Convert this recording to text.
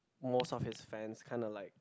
most of his fans kind of like